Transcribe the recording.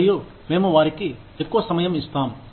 మరియు మేము వారికి ఎక్కువ సమయం ఇస్తాం